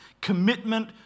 commitment